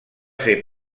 ser